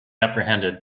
apprehended